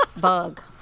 bug